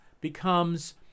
becomes